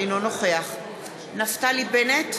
אינו נוכח נפתלי בנט,